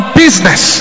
business